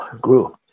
grew